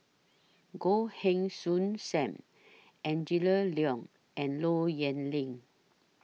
Goh Heng Soon SAM Angela Liong and Low Yen Ling